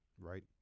right